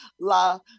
La